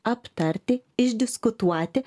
aptarti išdiskutuoti